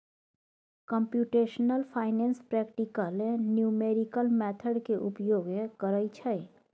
computational finance practical numerical method के उपयोग करइ छइ